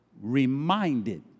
reminded